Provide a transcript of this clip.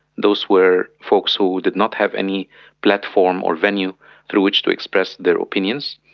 those were folks who did not have any platform or venue through which to express their opinions,